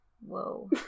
Whoa